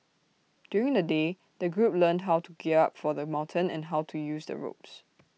during the day the group learnt how to gear up for the mountain and how to use the ropes